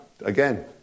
Again